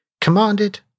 commanded